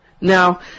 Now